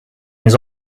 his